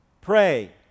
Pray